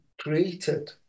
created